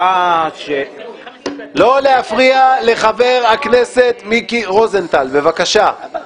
לא להפריע לחבר הכנסת מיקי רוזנטל, בבקשה.